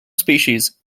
species